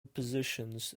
positions